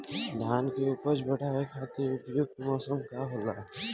धान के उपज बढ़ावे खातिर उपयुक्त मौसम का होला?